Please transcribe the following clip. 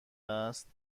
است